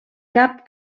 cap